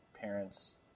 parents